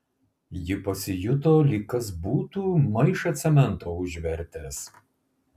ji pasijuto lyg kas būtų maišą cemento užvertęs